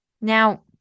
Now